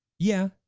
yeah.